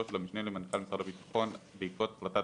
של המשנה למנכ"ל משרד הביטחון בעקבות החלטת